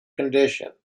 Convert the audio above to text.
condition